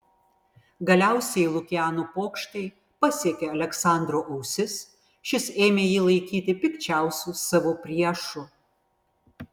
galiausiai lukiano pokštai pasiekė aleksandro ausis šis ėmė jį laikyti pikčiausiu savo priešu